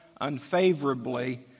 unfavorably